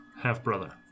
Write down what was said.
Half-brother